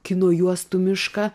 kino juostų mišką